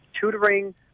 tutoring